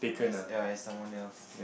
has ya has someone else